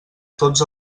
tots